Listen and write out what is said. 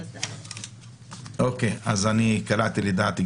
אוקיי, קלעתי לדעת גדולים.